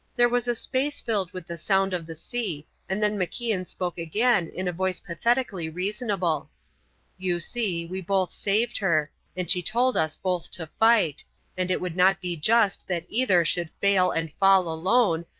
there was a space filled with the sound of the sea, and then macian spoke again in a voice pathetically reasonable you see, we both saved her and she told us both to fight and it would not be just that either should fail and fall alone,